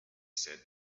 said